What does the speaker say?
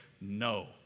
no